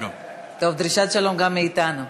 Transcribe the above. דרישת שלום גם מאתנו.